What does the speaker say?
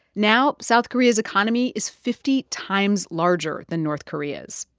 now south korea's economy is fifty times larger than north korea's.